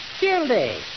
Gildy